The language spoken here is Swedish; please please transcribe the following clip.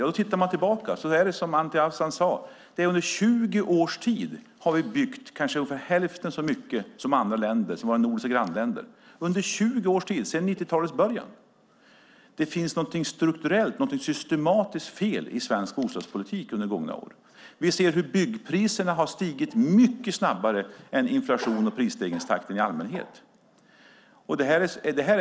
När man tittar tillbaka är det som Anti Avsan sade, att under 20 års tid har vi byggt kanske ungefär hälften så mycket som våra nordiska grannländer - under 20 års tid, sedan 90-talets början! Det finns något strukturellt och systematiskt fel i svensk bostadspolitik under gångna år. Vi ser hur byggpriserna har stigit mycket snabbare än inflationen och priserna i allmänhet.